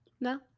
No